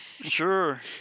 Sure